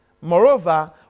moreover